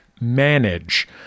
manage